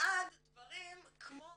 ועד דברים כמו